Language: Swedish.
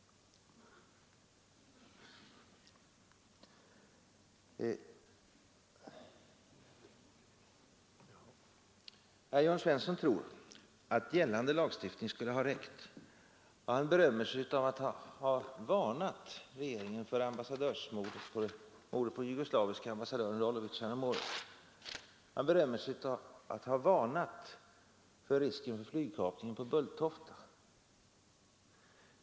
Herr Jörn Svensson tror att gällande lagstiftning skulle ha räckt för att bekämpa terrorismen, och han berömmer sig av att han varnat regeringen för mordet på den jugoslaviske ambassadören Rolovic häromåret. Han berömmer sig av att han varnat för risken för flygkapningen på Bulltofta.